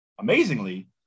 Amazingly